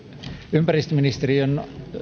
ympäristöministeriön